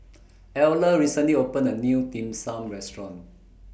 Eller recently opened A New Dim Sum Restaurant